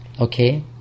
okay